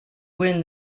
win